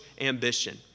ambition